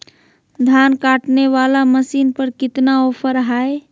धान काटने वाला मसीन पर कितना ऑफर हाय?